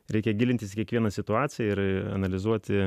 reikia gilintis kiekvieną situaciją ir analizuoti